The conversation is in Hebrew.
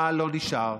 מה לא נשאר?